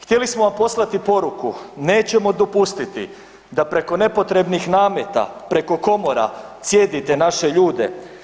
Htjeli smo vam poslati poruku, nećemo dopustiti da preko nepotrebnih nameta preko komora cijedite naše ljude.